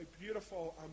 beautiful